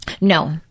No